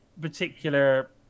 particular